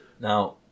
Now